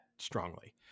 Strongly